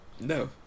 no